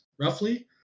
roughly